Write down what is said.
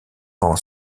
quand